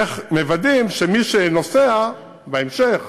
איך מוודאים שמי שנוסע בהמשך